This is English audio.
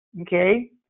okay